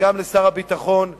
וגם לשר הביטחון,